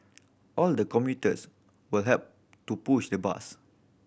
all the commuters would help to push the bus